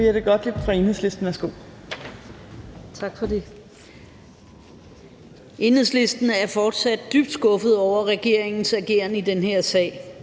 Jette Gottlieb (EL): Tak for det. Enhedslisten er fortsat dybt skuffet over regeringens ageren i den her sag.